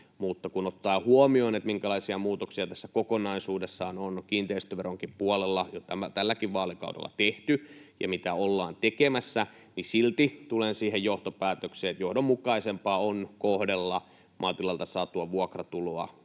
mutta kun ottaa huomioon, minkälaisia muutoksia kokonaisuudessaan on kiinteistöveronkin puolella jo tälläkin vaalikaudella tehty ja mitä ollaan tekemässä, niin silti tulen siihen johtopäätökseen, että johdonmukaisempaa on kohdella maatilalta saatua vuokratuloa